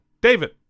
david